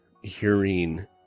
hearing